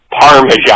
Parmesan